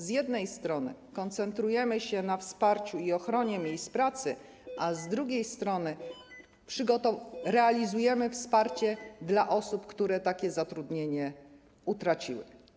Z jednej strony koncentrujemy się na wsparciu i ochronie miejsc pracy, a z drugiej strony realizujemy wsparcie dla osób, które zatrudnienie utraciły.